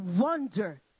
wonder